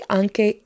anche